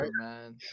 man